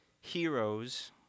heroes